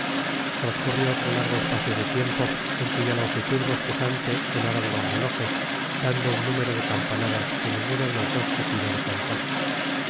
transcurrió otro largo espacio de tiempo en cuya longitud bostezante sonaron los relojes dando un número de campanadas que ninguno de los dos se cuidó de contar